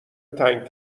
تنگ